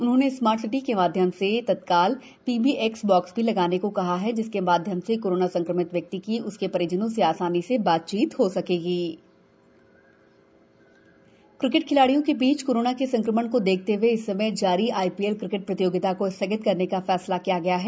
उन्होंने smart city के माध्यम से तत्काल पीबीएक्स बॉक्स भी लगाने को कहा जिसके माध्यम से कोरोना संक्रमित व्यक्ति की उनके परिजनों से आसानी से बातचीत सकेगी हो आईपीएल स्थगन क्रिकेट खिलाड़ियों के बीच कोरोना के संक्रमण को देखते हए इस समय जारी आईपीएल क्रिकेट प्रतियोगिता को स्थगित करने का फैसला किया गया है